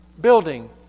building